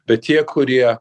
bet tie kurie